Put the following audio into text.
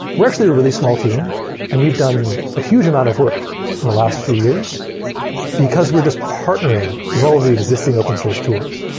we're actually a really small team and we've done a huge amount of work in the last few years because we're just partnering with all of the existing open source tools.